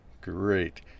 Great